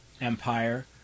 Empire